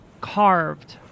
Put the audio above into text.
carved